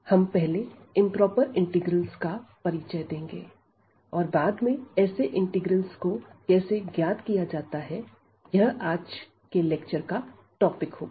हम पहले improper integrals का परिचय देंगे और बाद में ऐसे इंटीग्रल्स को कैसे ज्ञात किया जाता है यह आज की लेक्चर का टॉपिक होगा